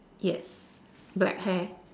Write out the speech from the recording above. yes black hair